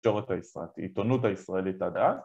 תקשורת הישראלית, עיתונות הישראלית עד אז